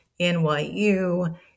NYU